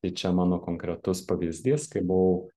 tai čia mano konkretus pavyzdys kai buvau